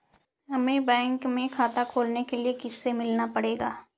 हमे बैंक में खाता खोलने के लिए किससे मिलना पड़ेगा?